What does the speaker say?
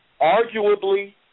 Arguably